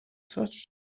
touched